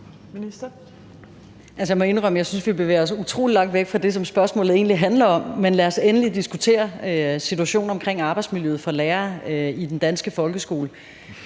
vi bevæger os utrolig langt væk fra det, som spørgsmålet egentlig handler om, men lad os endelig diskutere situationen omkring arbejdsmiljøet for lærere i den danske folkeskole.